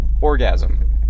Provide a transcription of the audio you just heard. orgasm